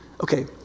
Okay